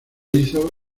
hizo